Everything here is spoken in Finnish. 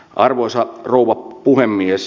arvoisa rouva puhemies